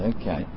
Okay